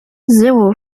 zéro